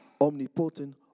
omnipotent